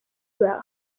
grow